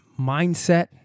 mindset